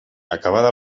acabada